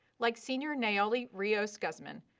like senior nayeli rios-guzman,